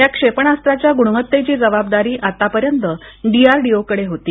या क्षेपणास्त्राच्या गुणवत्तेची जबाबदारी आतापर्यंत डीआरडीओकडे होती